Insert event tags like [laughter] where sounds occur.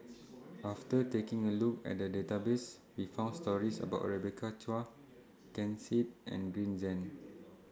[noise] after taking A Look At The Database We found stories about Rebecca Chua Ken Seet and Green Zeng